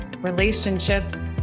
relationships